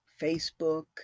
Facebook